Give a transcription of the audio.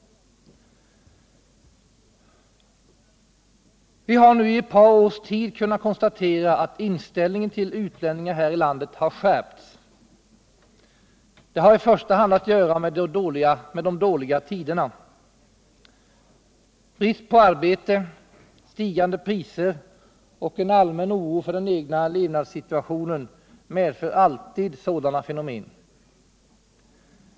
Vi har nu i ett par års tid kunnat konstatera att inställningen här i landet till utlänningar har skärpts. Det har i första hand att göra med de dåliga tiderna. Brist på arbete, stigande priser och en allmän oro för den egna levnadssituationen medför alltid sådana fenomen.